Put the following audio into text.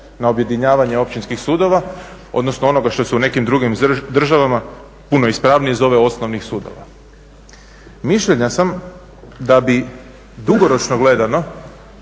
na objedinjavanje općinskih sudova odnosno onoga što se u nekim drugim državama puno ispravnije zove osnovnih sudova? Mišljenja sam da bi dugoročno gledano